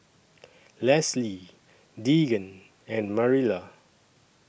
Leslee Deegan and Marilla